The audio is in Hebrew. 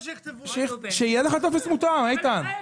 שיהיה לך טופס מותאם, איתן.